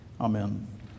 Amen